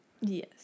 yes